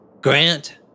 Grant